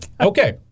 Okay